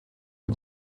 mit